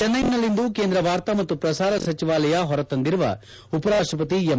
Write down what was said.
ಚೆನ್ನೈನಲ್ಲಿಂದು ಕೇಂದ್ರ ವಾರ್ತಾ ಮತ್ತು ಪ್ರಸಾರ ಸಚಿವಾಲಯ ಹೊರ ತಂದಿರುವ ಉಪರಾಷ್ಪಪತಿ ಎಂ